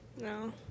No